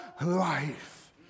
life